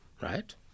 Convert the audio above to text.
right